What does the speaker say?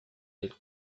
del